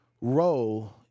role